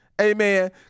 amen